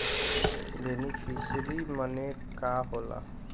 Beneficiary मने का होला?